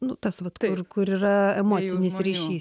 nu tas vat kur kur yra emocinis ryšys